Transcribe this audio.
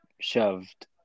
shoved